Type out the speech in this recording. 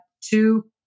two